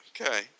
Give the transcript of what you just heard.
Okay